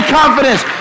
confidence